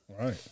Right